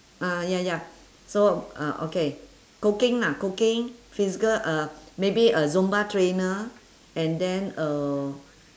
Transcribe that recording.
ah ya ya so uh okay cooking lah cooking physical uh maybe uh zumba trainer and then uh